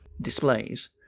displays